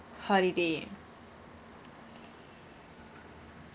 holiday